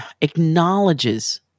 acknowledges